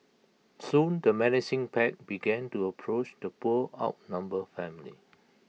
soon the menacing pack began to approach the poor outnumbered family